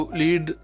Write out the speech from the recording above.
lead